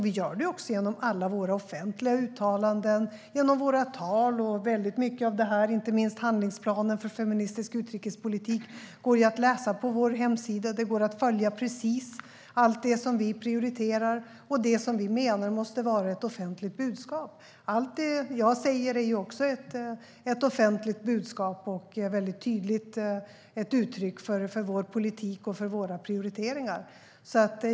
Vi gör det även genom alla våra offentliga uttalanden och genom våra tal. Mycket av detta, inte minst handlingsplanen för feministisk utrikespolitik, går att läsa på vår hemsida. Det går att följa precis allt som vi prioriterar och det vi menar måste vara ett offentligt budskap. Allt jag säger är också ett offentligt budskap och ett väldigt tydligt uttryck för vår politik och för våra prioriteringar.